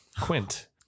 quint